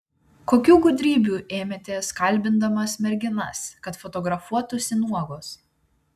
kokių gudrybių ėmėtės kalbindamas merginas kad fotografuotųsi nuogos